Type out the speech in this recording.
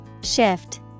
Shift